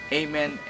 amen